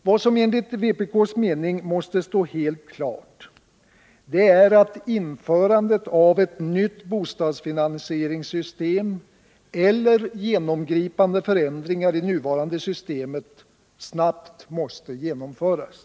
Vad som enligt vpk:s mening står helt klart är att införandet av ett nytt bostadsfinansieringssystem eller genomgripande förändringar i nuvarande system snabbt måste genomföras.